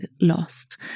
lost